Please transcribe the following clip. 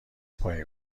پایه